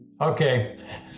Okay